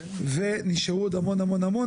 פרידמן ונשארו עוד המון המון,